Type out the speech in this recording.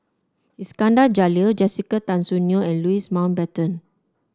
Iskandar Jalil Jessica Tan Soon Neo and Louis Mountbatten